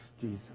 Jesus